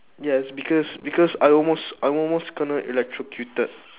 yes because because I almost I almost kena electrocuted